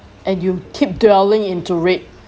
and you keep dwelling into it